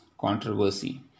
controversy